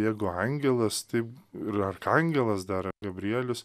jeigu angelas taip ir arkangelas dar gabrielius